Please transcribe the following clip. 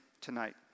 tonight